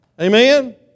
Amen